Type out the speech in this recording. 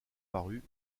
paru